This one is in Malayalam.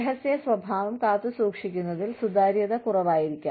രഹസ്യസ്വഭാവം കാത്തുസൂക്ഷിക്കുന്നതിൽ സുതാര്യത കുറവായിരിക്കാം